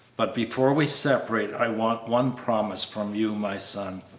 but before we separate i want one promise from you, my son.